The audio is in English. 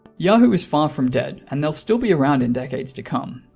yahoo is far from dead and they'll still be around in decades to come,